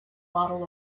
bottle